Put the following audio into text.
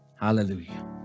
Hallelujah